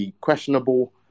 questionable